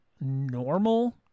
normal